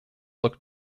looked